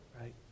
right